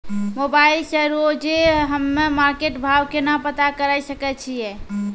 Mobile से रोजे हम्मे मार्केट भाव केना पता करे सकय छियै?